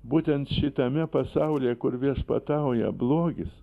būtent šitame pasaulyje kur viešpatauja blogis